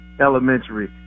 elementary